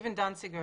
ולסטיבן דנציגר